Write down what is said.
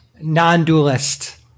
non-dualist